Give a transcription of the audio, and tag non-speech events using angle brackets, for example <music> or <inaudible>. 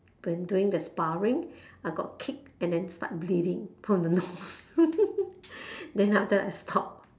when doing the sparring I got kicked and then start bleeding from the nose <laughs> then after that I stopped